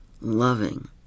loving